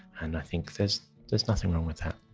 and i think there's there's nothing wrong with that.